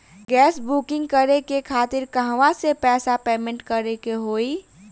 Gas booking करे के खातिर कहवा से पैसा पेमेंट करे के होई?